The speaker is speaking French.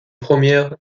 première